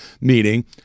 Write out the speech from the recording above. meeting